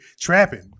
trapping